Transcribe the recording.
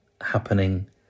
happening